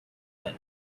well